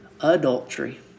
Adultery